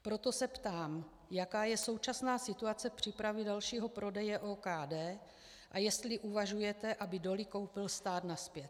Proto se ptám, jaká je současná situace přípravy dalšího prodeje OKD a jestli uvažujete, aby doly koupil stát nazpět.